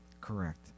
Correct